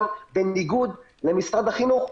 בניגוד למשרד החינוך,